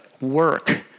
work